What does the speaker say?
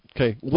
Okay